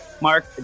Mark